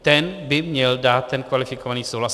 Ten by měl dát ten kvalifikovaný souhlas.